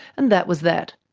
and that was that.